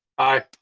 aye.